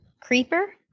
creeper